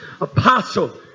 apostle